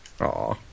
Aw